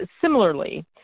similarly